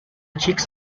chicks